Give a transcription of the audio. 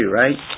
right